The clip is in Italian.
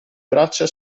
braccia